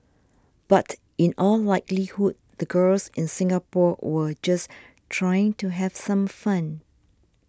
but in all likelihood the girls in Singapore were just trying to have some fun